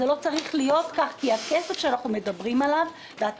זה לא צריך להיות כך כי הכסף שאנחנו מדברים עליו אתה